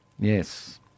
Yes